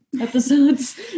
episodes